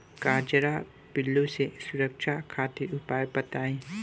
कजरा पिल्लू से सुरक्षा खातिर उपाय बताई?